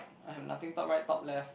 I have nothing top right top left